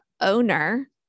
owner